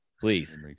Please